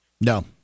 No